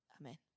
Amen